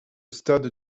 stade